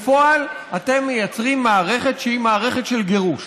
בפועל אתם מייצרים מערכת שהיא מערכת של גירוש.